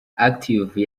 active